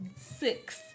Six